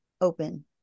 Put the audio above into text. open